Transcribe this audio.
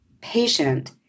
patient